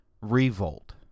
revolt